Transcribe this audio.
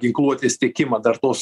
ginkluotės tiekimą dar tos